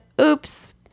oops